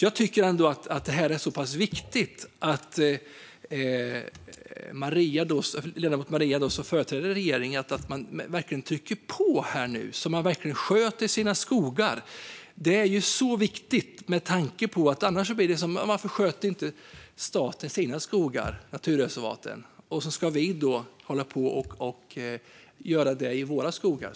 Jag tycker det är viktigt att regeringen, som ledamoten Maria företräder, verkligen trycker på här så att man sköter sina skogar. Annars blir det: Varför sköter inte staten sina skogar och naturreservat? Ska vi då hålla på och göra det i våra skogar?